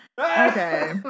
Okay